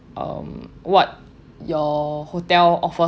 um what your hotel offers